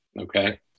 okay